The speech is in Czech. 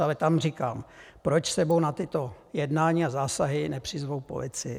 Ale tam říkám proč s sebou na tato jednání a zásahy nepřizvou policii?